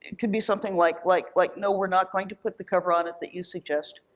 could be something like like like no, we're not going to put the cover on it that you suggest,